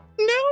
No